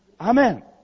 Amen